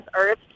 earth